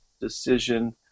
decision